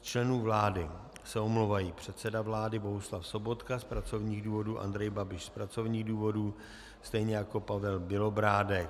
Z členů vlády se omlouvají: předseda vlády Bohuslav Sobotka z pracovních důvodů, Andrej Babiš z pracovních důvodů stejně jako Pavel Bělobrádek.